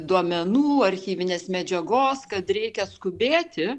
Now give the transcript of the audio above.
duomenų archyvinės medžiagos kad reikia skubėti